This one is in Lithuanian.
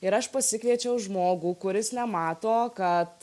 ir aš pasikviečiau žmogų kuris nemato kad